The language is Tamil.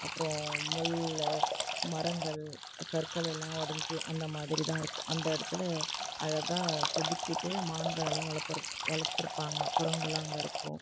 அப்புறம் முள்ளு மரங்கள் கற்கள் எல்லாம் உடஞ்சி அந்தமாதிரி தான் இருக்கும் அந்த இடத்தில் அழகாக செதிக்கிட்டு மான்களெல்லாம் வளர்த்துற வளர்த்துருப்பாங்க குரங்குலாம் அங்கே இருக்கும்